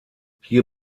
hier